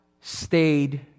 stayed